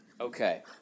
Okay